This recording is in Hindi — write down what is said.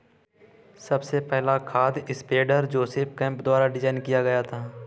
सबसे पहला खाद स्प्रेडर जोसेफ केम्प द्वारा डिजाइन किया गया था